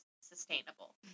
sustainable